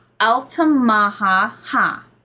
Altamaha-ha